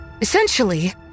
essentially